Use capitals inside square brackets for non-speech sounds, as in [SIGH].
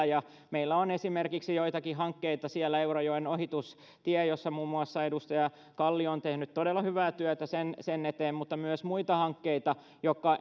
[UNINTELLIGIBLE] ja meillä on esimerkiksi joitakin hankkeita siellä kuten eurajoen ohitustie jonka eteen muun muassa edustaja kalli on tehnyt todella hyvää työtä mutta on myös muita hankkeita jotka [UNINTELLIGIBLE]